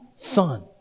Son